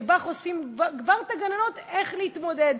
שבה חושפים כבר את הגננות איך להתמודד.